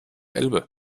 elbe